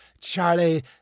Charlie